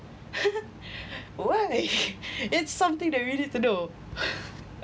why it's something that really to know